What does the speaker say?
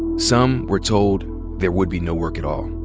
some were told there would be no work at all.